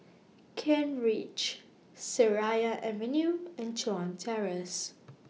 Kent Ridge Seraya Avenue and Chuan Terrace